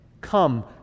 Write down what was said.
come